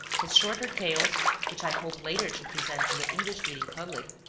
his shorter tales, which i hope later to present to the english-reading public,